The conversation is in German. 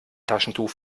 taschentuch